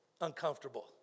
uncomfortable